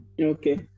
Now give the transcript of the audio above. Okay